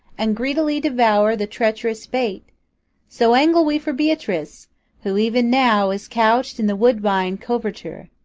and greedily devour the treacherous bait so angle we for beatrice who even now is couched in the woodbine coverture.